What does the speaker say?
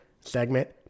segment